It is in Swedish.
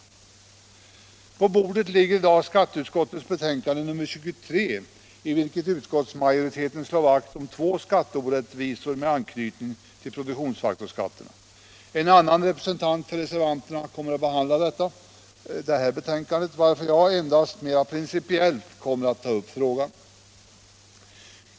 På riksdagens bord ligger i dag skatteutskottets betänkande nr 23, i vilket utskottsmajoriteten slår vakt om två skatteorättvisor med anknytning till produktionsfaktorsskatterna. En annan representant för reservanterna kommer att behandla detta betänkande, varför jag endast mera principiellt kommer att ta upp frågan.